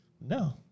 No